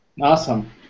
Awesome